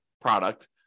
product